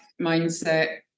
mindset